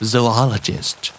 Zoologist